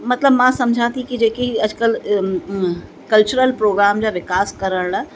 मतलबु मां समुझा थी कि जेकी अॼुकल्ह कल्चरल प्रोग्राम जा विकास करण लाइ